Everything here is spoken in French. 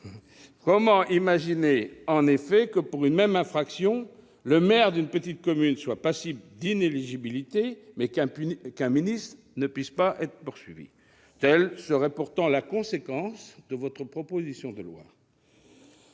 Comment imaginer en effet que, pour une même infraction, le maire d'une petite commune soit passible d'inéligibilité, mais qu'un ministre ne puisse pas être poursuivi ? Telle serait pourtant la conséquence de cette proposition de loi.